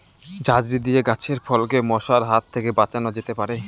ঝাঁঝরি দিয়ে গাছের ফলকে মশার হাত থেকে বাঁচানো যেতে পারে?